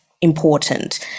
important